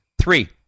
Three